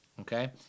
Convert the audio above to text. okay